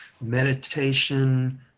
meditation